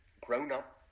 grown-up